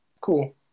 cool